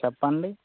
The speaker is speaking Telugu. చెప్పండి